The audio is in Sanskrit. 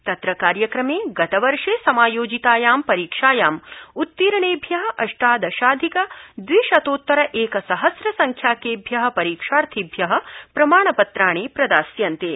तत्र कार्यक्रमे गतवर्ष समायोजितायां परीक्षायां उत्तीर्णेभ्य अष्टादशाधिक दवि शतोत्तर एक सहस्र संख्याकेभ्य परीक्षार्थिभ्य प्रमाण पत्राणि प्रदास्यन्ते